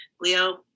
leo